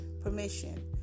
permission